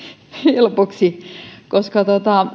helpoksi koska